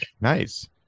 Nice